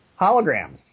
Holograms